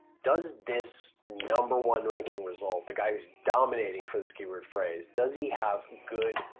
does this number one ranking result, the guy who's dominating for this keyword phrase, does he have good,